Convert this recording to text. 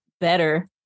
better